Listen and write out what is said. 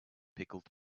pickled